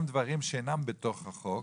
גם דברים שאינם בתוך החוק,